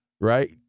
right